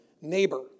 neighbor